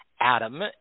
Adam